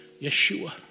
Yeshua